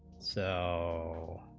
so,